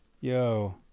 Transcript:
Yo